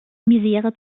misere